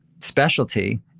specialty